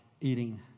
eating